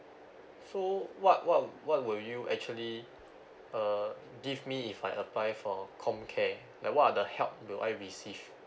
so what what what will you actually uh give me if I apply for com care like what are the help will I received